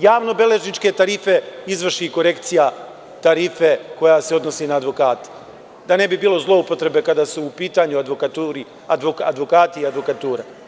javnobeležničke tarife izvrši i korekcija tarife koja se odnosi na advokate, da ne bi bilo zloupotrebe kada su u pitanju advokati i advokatura.